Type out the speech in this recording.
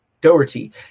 Doherty